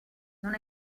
non